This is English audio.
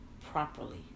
properly